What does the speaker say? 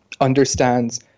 understands